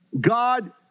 God